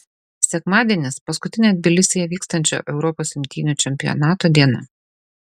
sekmadienis paskutinė tbilisyje vykstančio europos imtynių čempionato diena